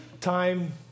time